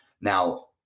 Now